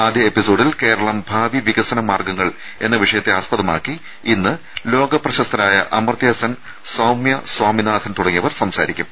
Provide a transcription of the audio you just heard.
ആദ്യ എപ്പിസോഡിൽ കേരളം ഭാവി വികസന മാർഗ്ഗങ്ങൾ എന്ന വിഷയത്തെ ആസ്പദമാക്കി ഇന്ന് ലോകപ്രശസ്തരായ അമർത്യാസെൻ സൌമ്യ സ്വാമിനാഥൻ തുടങ്ങിയവർ സംസാരിക്കും